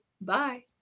Bye